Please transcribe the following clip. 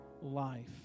life